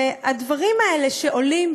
הדברים האלה שעולים,